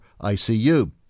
ICU